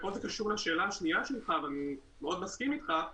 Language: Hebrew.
ופה זה קשור לשאלה השניה שלך ואני מאוד מסכים איתך,